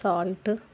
salt